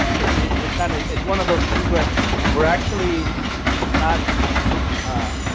because it's it's kind of it's one of those things where we're actually and not ah